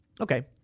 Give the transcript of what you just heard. Okay